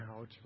out